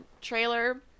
trailer